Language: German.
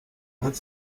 als